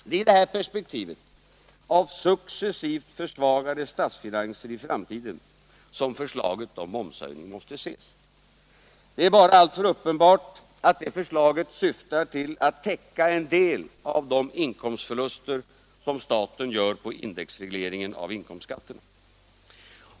Det är i det här perspektivet — av successivt försvagade statsfinanser i framtiden — som förslaget om momshöjning måste ses. Det är bara alltför uppenbart att det förslaget syftar till att täcka en del av de inkomstförluster som staten gör på indexregleringen av inkomstskatterna.